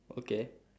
okay